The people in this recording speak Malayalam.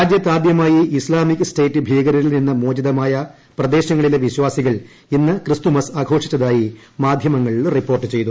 രാജ്യത്ത് ആദ്യമായി ഇസ്ലാമിക് സ്റ്റേറ്റ് ഭീകരരിൽ നിന്ന് മോചിതമായ പ്രദേശങ്ങളിലെ വിശ്വാസികൾ ഇന്ന് ക്രിസ്തുമസ് ആഘോഷിച്ചതായി മാധ്യമങ്ങൾ റിപ്പോർട്ട് ചെയ്തു